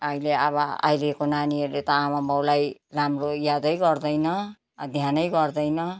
अहिले अब अहिलेको नानीहरूले त आमाबाबुलाई राम्रो यादै गर्दैन ध्यानै गर्दैन